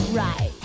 right